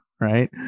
Right